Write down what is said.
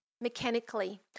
Mechanically